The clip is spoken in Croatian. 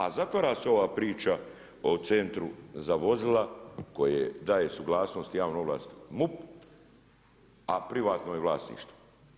A zatvara se ova priča o Centru za vozila koje daje suglasnost i javne ovlasti MUP, a privatno je vlasništvo.